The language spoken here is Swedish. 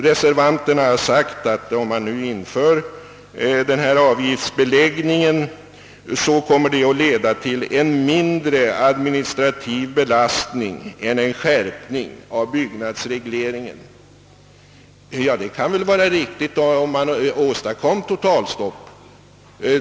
Reservanterna har sagt att om man nu inför denna avgiftsbeläggning kommer det att leda till en mindre administrativ belastning än vad en skärpning av byggnadsregleringen gör. Ja, det kan väl vara riktigt om man åstadkom ett totalstopp.